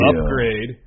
upgrade